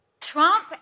Trump